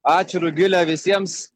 ačiū rugile visiems